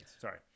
Sorry